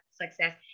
success